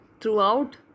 throughout